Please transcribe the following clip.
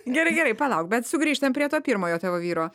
gerai gerai palauk bet sugrįžtam prie to pirmojo tavo vyro